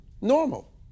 normal